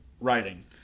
writing